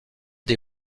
des